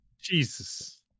Jesus